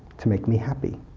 to make me happy.